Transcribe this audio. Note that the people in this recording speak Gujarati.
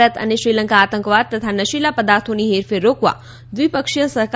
ભારત અને શ્રીલંકા આતંકવાદ તથા નશીલા પદાર્થોની હેરફેર રોકવા દ્વિપક્ષીય સહકાર